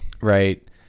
Right